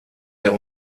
der